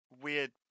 weird